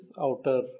outer